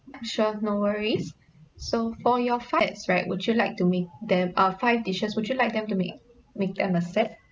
sure no worries so for your sides right would you like to make them uh five dishes would you like them to make make them a set